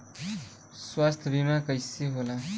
स्वास्थ्य बीमा कईसे होला?